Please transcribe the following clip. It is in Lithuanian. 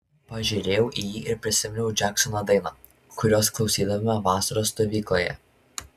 pažiūrėjau į jį ir prisiminiau džeksono dainą kurios klausydavome vasaros stovykloje